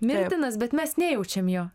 mirtinas bet mes nejaučiam jo